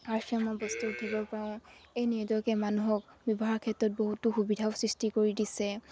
R C এমৰ বস্তু দিব পাৰোঁ এই নিজকে মানুহক ব্যৱহাৰ ক্ষেত্ৰত বহুতো সুবিধাও সৃষ্টি কৰি দিছে